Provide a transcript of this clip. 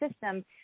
system